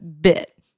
bit